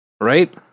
Right